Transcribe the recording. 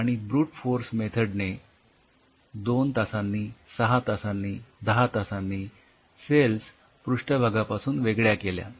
आणि brute force method ने २ तासांनी ६ तासांनी १० तासांनी सेल्स पृष्ठभागापासून वेगळ्या केल्या